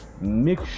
make